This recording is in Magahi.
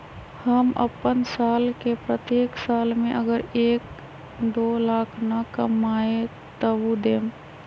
हम अपन साल के प्रत्येक साल मे अगर एक, दो लाख न कमाये तवु देम?